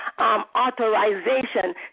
authorization